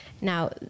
now